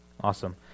Awesome